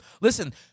listen